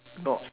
not